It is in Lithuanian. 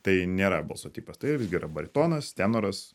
tai nėra balso tipas tai visgi yra baritonas tenoras